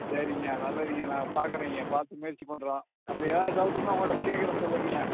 சரிங்க நல்லதுங்க நான் பார்க்கறேங்கய்யா பாத்து முயற்சிப் பண்ணுறோம் அப்படி ஏதாவது டவுட்டுன்னா உங்களை கேட்குறோம் சொல்லுங்கய்யா